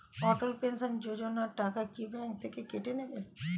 অটল pension Yojana টাকা কি bank থেকে কেটে নেবে?